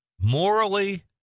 morally